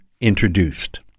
introduced